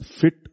fit